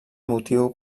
motiu